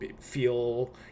feel